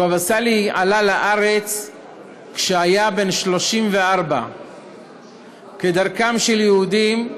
הבאבא סאלי עלה לארץ כשהיה בן 34. כדרכם של יהודים,